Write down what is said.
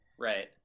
right